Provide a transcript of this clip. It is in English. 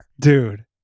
Dude